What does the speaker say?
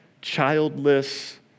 childless